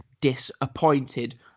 Disappointed